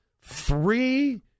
three